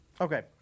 Okay